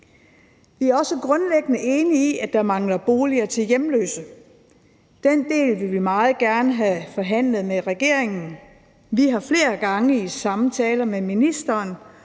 Vi er også grundlæggende enige i, at der mangler boliger til hjemløse. Den del vil vi meget gerne have forhandlet med regeringen. Vi har flere gange i samtaler med ministeren